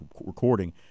recording